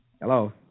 Hello